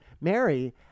Mary